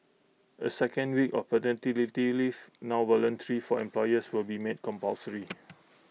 A second week of paternity leave now voluntary for employers will be made compulsory